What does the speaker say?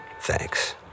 thanks